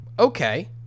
Okay